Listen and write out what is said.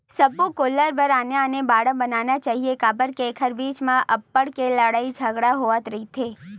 सब्बो गोल्लर बर आने आने बाड़ा बनाना चाही काबर के एखर बीच म अब्बड़ के लड़ई झगरा होवत रहिथे